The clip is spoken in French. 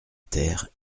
terre